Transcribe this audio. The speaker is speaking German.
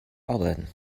arbeiten